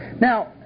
now